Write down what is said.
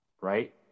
right